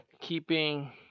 keeping